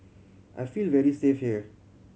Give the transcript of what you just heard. I feel very safe here